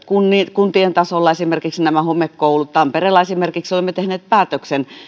kuntien tasolla esimerkiksi nämä homekoulut tampereella olemme esimerkiksi tehneet päätöksen